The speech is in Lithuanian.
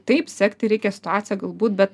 taip sekti reikia situaciją galbūt bet